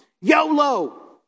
YOLO